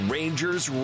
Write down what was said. Rangers